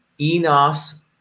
enos